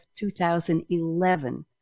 2011